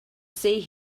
see